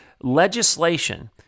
legislation